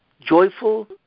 joyful